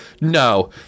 No